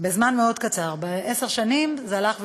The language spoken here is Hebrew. בזמן מאוד קצר, בעשר שנים זה הלך והידרדר.